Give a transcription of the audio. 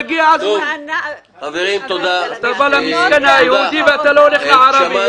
אתה בא למסכן היהודי ואתה לא הולך לערבי.